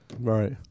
Right